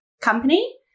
company